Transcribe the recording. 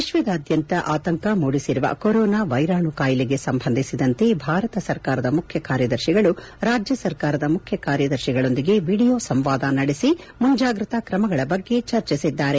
ವಿಶ್ವದಾದ್ಯಂತ ಆತಂಕ ಮೂಡಿಸಿರುವ ಕೊರೋನಾ ವೈರಾಣು ಕಾಯಿಲೆಗೆ ಸಂಬಂಧಿಸಿದಂತೆ ಭಾರತ ಸರ್ಕಾರದ ಮುಖ್ಯ ಕಾರ್ಯದರ್ತಿಗಳು ರಾಜ್ಯ ಸರ್ಕಾರದ ಮುಖ್ಯ ಕಾರ್ಯದರ್ತಿಗಳೊಂದಿಗೆ ವಿಡಿಯೋ ಸಂವಾದ ನಡೆಸಿ ಮುಂಜಾಗ್ರತಾ ಕ್ರಮಗಳ ಬಗ್ಗೆ ಚರ್ಚಿಸಿದ್ದಾರೆ